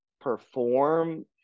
perform